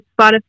Spotify